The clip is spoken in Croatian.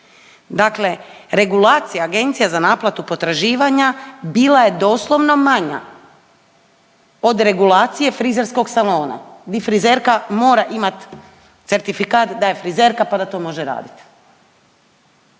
Dakle, regulacija agencija za naplatu potraživanja bila je doslovno manja od regulacije frizerskog salona. Bit frizerka mora imat certifikat da je frizerka, pa da to može raditi.